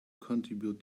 contribute